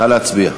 נא להצביע.